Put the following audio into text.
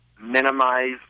minimize